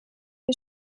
wir